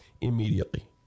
immediately